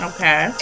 Okay